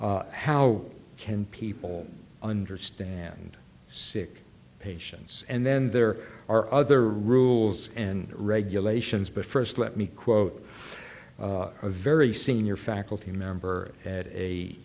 how can people understand sick patients and then there are other rules and regulations but first let me quote a very senior faculty member at a